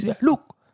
look